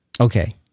Okay